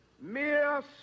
mere